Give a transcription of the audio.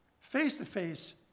face-to-face